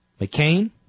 McCain